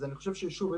אז אני חושב ששוב,